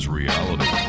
reality